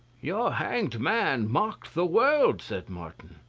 your hanged man mocked the world, said martin.